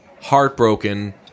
heartbroken